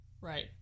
right